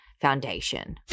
foundation